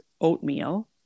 oatmeal